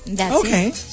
Okay